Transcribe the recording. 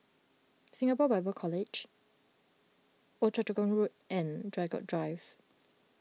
Singapore Bible College Old Choa Chu Kang Road and Draycott Drive